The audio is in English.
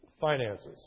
finances